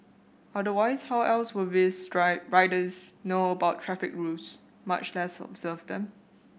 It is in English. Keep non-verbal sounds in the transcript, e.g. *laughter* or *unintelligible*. otherwise how else will these *unintelligible* riders know about traffic rules much less observe them